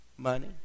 money